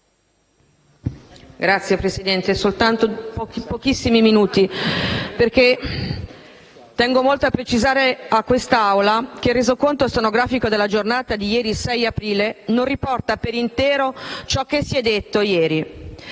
Signor Presidente, intervengo per pochissimi minuti, perché tengo molto a precisare a quest'Assemblea che il Resoconto stenografico della seduta di ieri, 6 aprile, non riporta per intero ciò che si è detto ieri.